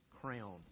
crown